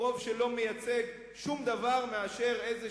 הוא רוב שלא מייצג שום דבר אלא איזו